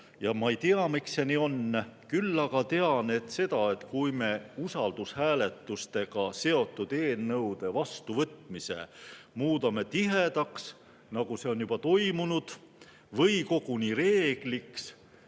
ja ma ei tea, miks see nii on. Küll aga tean seda, et kui me usaldushääletusega seotud eelnõude vastuvõtmise muudame tihedaks, nagu see on juba toimunud, või koguni reegliks,